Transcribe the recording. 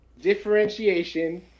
differentiation